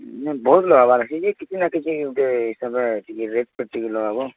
ନାଇଁ ବହୁତ ଲଗାଇବାର ଅଛି ଯେ କିଛି ନା କିଛି ଗୋଟେ ହିସାବରେ ଟିକେ ରେଟ୍ ଟିକେ ଲଗାହେବ